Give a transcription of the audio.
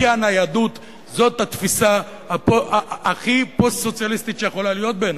כי הניידות זאת התפיסה הכי פוסט-סוציאליסטית שיכולה להיות בעיני,